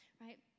right